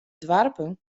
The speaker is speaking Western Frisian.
doarpen